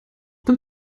dem